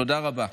תודה רבה.